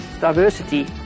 diversity